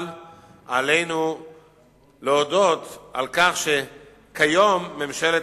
אבל עלינו להודות על כך שכיום ממשלת